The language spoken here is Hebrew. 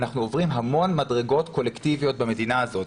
אנחנו עוברים המון מדרגות קולקטיביות במדינה הזאת.